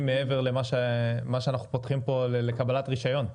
מעבר למה שאנחנו פותחם פה לקבלת רישיון.